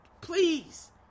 please